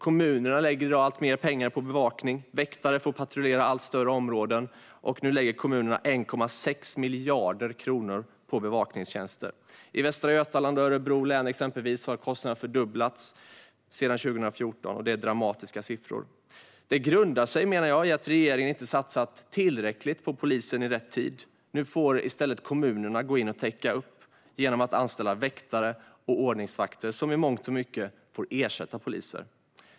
Kommunerna lägger i dag alltmer pengar på bevakning. Väktare får patrullera allt större områden. Nu lägger kommunerna 1,6 miljarder kronor på bevakningstjänster. I exempelvis Västra Götalands län och Örebro län har kostnaderna fördubblats sedan 2014. Det är dramatiska siffror. Detta grundar sig, menar jag, i att regeringen inte har satsat tillräckligt på polisen i rätt tid. Nu får i stället kommunerna gå in och täcka upp genom att anställa väktare och ordningsvakter, som i mångt och mycket får ersätta poliser.